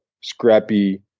scrappy